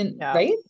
Right